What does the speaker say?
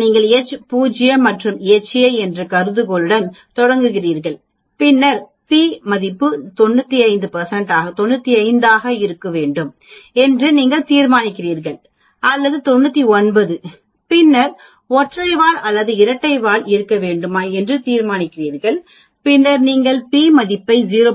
நீங்கள் Ho மற்றும் Ha என்ற கருதுகோளுடன் தொடங்குகிறீர்கள் பின்னர் உங்கள் p மதிப்பு 95 ஆக இருக்க வேண்டும் என்று நீங்கள் தீர்மானிக்கிறீர்கள் அல்லது 99 பின்னர் ஒற்றை வால் அல்லது இரட்டை வால் இருக்க வேண்டுமா என்று நீங்கள் தீர்மானிக்கிறீர்கள் பின்னர் நீங்கள் p மதிப்பை 0